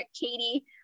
katie